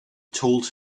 told